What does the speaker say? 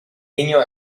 niño